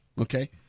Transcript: Okay